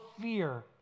fear